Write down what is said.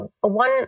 one